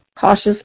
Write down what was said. cautious